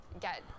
get